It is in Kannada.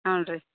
ಹಾಂ ರೀ